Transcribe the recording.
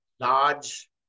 large